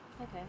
Okay